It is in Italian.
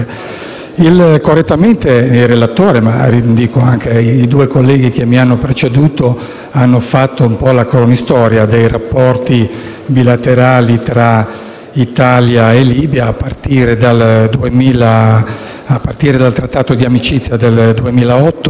il relatore, così come i due colleghi che mi hanno preceduto, hanno fatto in parte la cronistoria dei rapporti bilaterali tra Italia e Libia, a partire dal Trattato di amicizia del 2008,